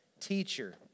teacher